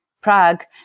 Prague